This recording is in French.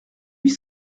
huit